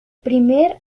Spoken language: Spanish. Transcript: primer